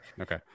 okay